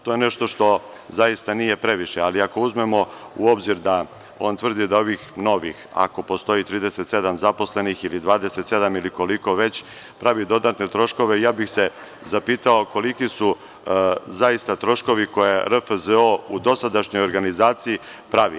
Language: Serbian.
To je nešto što nije previše, ali ako uzmemo u obzir da on tvrdi da ovih novih, ako postoji 37 zaposlenih ili 27 ili koliko već, pravi dodatne troškove, ja bih se onda zapitao koliki su zaista troškovi koje je RFZO u dosadašnjoj organizaciji pravio?